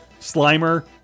Slimer